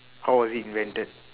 how was it invented